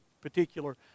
particular